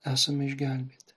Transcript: esame išgelbėti